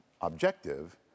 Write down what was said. objective